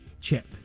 chip